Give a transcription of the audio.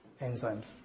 enzymes